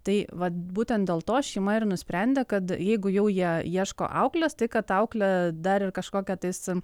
tai vat būtent dėl to šeima ir nusprendė kad jeigu jau jie ieško auklės tai kad ta auklė dar ir kažkokią tais